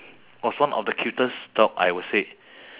was one of the cutest dog I would say